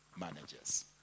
Managers